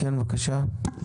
בבקשה.